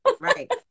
Right